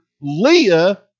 Leah